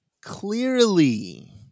Clearly